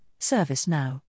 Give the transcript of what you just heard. ServiceNow